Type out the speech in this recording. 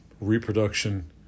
reproduction